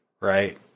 right